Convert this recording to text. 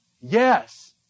Yes